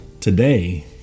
today